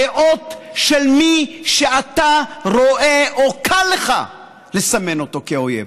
דעות של מי שאתה רואה או שקל לך לסמן אותו כאויב.